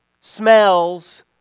smells